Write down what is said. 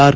R